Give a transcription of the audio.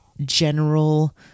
general